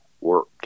work